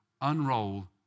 unroll